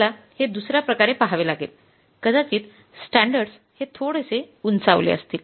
आपल्याला हे दुसऱ्या प्रकारे पाहावे लागेल कदाचित स्टँडर्डस हे थोडेशे उंचावले असतील